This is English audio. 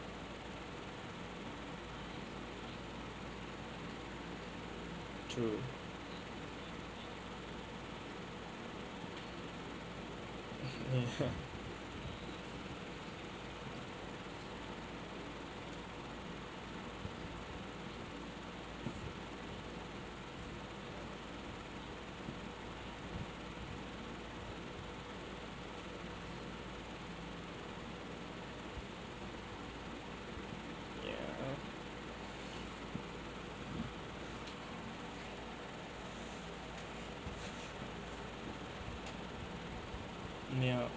true ya yup